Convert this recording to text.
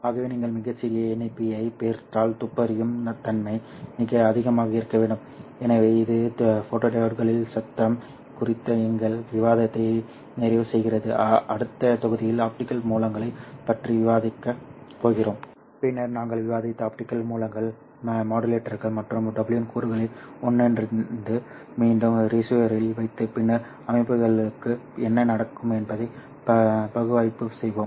ஆகவே நீங்கள் மிகச் சிறிய NEP ஐப் பெற்றால் துப்பறியும் தன்மை மிக அதிகமாக இருக்க வேண்டும் சரி எனவே இது போட்டோடியோட்களில் சத்தம் குறித்த எங்கள் விவாதத்தை நிறைவு செய்கிறது அடுத்த தொகுதியில் ஆப்டிகல் மூலங்களைப் பற்றி விவாதிக்கப் போகிறோம் பின்னர் நாங்கள் விவாதித்த ஆப்டிகல் மூலங்கள் மாடுலேட்டர்கள் மற்றும் WDM கூறுகளை ஒன்றிணைத்து மீண்டும் ரிசீவரில் வைத்து பின்னர் அமைப்புகளுக்கு என்ன நடக்கும் என்பதை பகுப்பாய்வு செய்வோம்